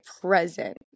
present